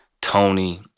Tony